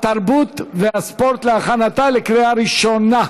התרבות והספורט להכנתה לקריאה ראשונה.